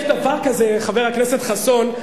יש דבר כזה, חבר הכנסת חסון.